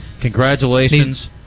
Congratulations